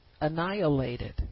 annihilated